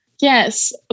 Yes